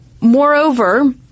Moreover